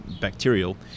bacterial